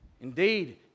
Indeed